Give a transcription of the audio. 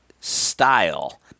style